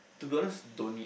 to be honest don't need